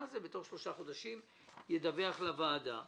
הזה ובתוך שלושה חודשים ידווח לוועדה.